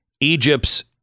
Egypt's